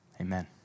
Amen